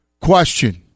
question